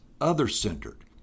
other-centered